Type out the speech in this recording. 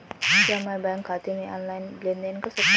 क्या मैं बैंक खाते से ऑनलाइन लेनदेन कर सकता हूं?